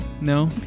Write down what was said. no